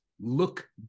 look